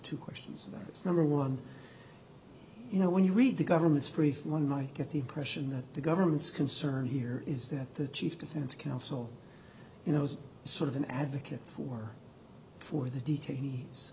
two questions about this number one you know when you read the government's brief one might get the impression that the government's concern here is that the chief defense counsel you know is sort of an advocate for for the detainees